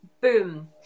boom